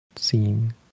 Seeing